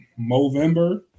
Movember